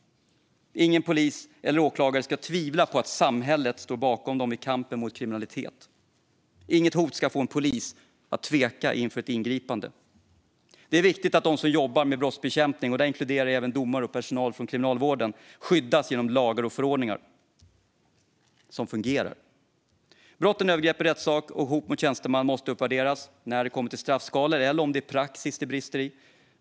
Ingen polis eller åklagare ska tvivla på att samhället står bakom dem i kampen mot kriminaliteten. Inget hot ska få en polis att tveka inför ett ingripande. Det är viktigt att de som jobbar med brottsbekämpning, och där inkluderar jag även domare och personal inom kriminalvården, skyddas genom lagar och förordningar som fungerar. Brotten övergrepp i rättssak och hot mot tjänsteman måste uppvärderas när det kommer till straffskalor, eller om det är i praxis det brister.